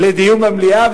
לדיון במליאה,